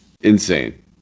Insane